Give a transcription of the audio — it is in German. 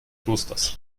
klosters